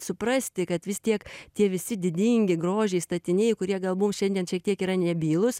suprasti kad vis tiek tie visi didingi grožiai statiniai kurie gal mum šiandien šiek tiek yra nebylūs